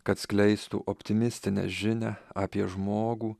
kad skleistų optimistinę žinią apie žmogų